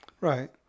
Right